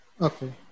Okay